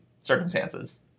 circumstances